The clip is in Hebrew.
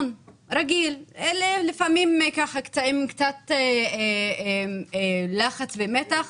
רגיל, לפעמים קצת לחץ ומתח